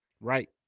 Right